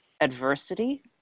adversity